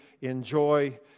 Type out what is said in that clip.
enjoy